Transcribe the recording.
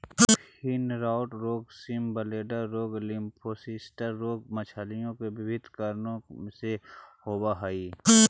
fin rot रोग, swim bladder रोग, lymphocystis रोग मछलियों में विभिन्न कारणों से होवअ हई